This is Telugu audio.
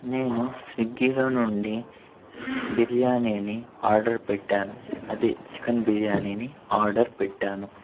నేను స్విగ్గీలో నుండి బిర్యానీని ఆర్డర్ పెట్టాను అది చికెన్ బిర్యానీని ఆర్డర్ పెట్టాను